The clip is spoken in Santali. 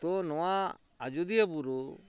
ᱛᱚ ᱱᱚᱣᱟ ᱟᱡᱚᱫᱤᱭᱟᱹ ᱵᱩᱨᱩ